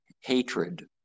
hatred